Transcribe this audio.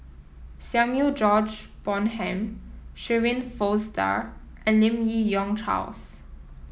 Samuel George Bonham Shirin Fozdar and Lim Yi Yong Charles